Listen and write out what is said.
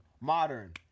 modern